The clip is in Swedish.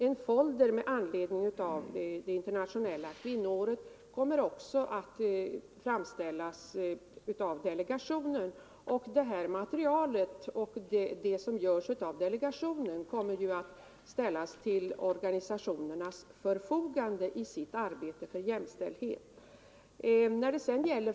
En folder med anledning av det internationella kvinnoåret kommer också att framställas av delegationen. Det material som framkommer av delegationens arbete kommer att ställas till organisationernas förfogande i deras arbete för jämställdhet.